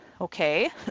Okay